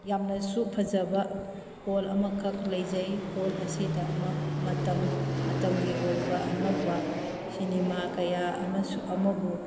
ꯌꯥꯝꯅꯁꯨ ꯐꯖꯕ ꯍꯣꯜ ꯑꯃꯈꯛ ꯂꯩꯖꯩ ꯍꯣꯜ ꯑꯁꯤꯗ ꯃꯇꯝ ꯃꯇꯝꯒꯤ ꯑꯣꯏꯕ ꯑꯅꯧꯕ ꯁꯤꯅꯤꯃꯥ ꯀꯌꯥ ꯑꯃꯕꯨ